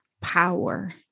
power